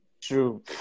True